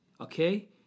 okay